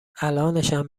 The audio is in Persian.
الانشم